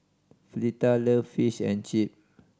Fleeta love Fish and Chip